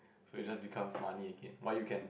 so it just becomes money again why you can